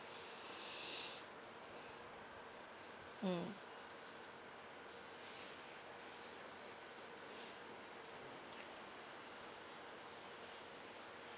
mm